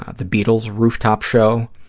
ah the beatles' rooftop show,